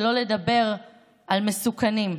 שלא לדבר על מסוכנים.